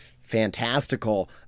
fantastical